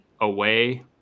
away